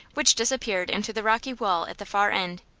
which disappeared into the rocky wall at the far end.